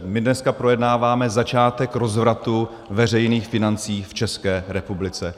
My dneska projednáváme začátek rozvratu veřejných financí v České republice.